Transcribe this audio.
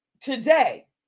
today